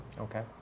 Okay